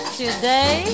today